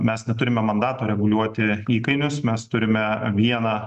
mes neturime mandato reguliuoti įkainius mes turime vieną